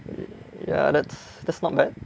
ya that's that's not bad